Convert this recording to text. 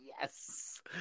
Yes